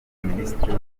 minisitiri